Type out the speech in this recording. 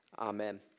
Amen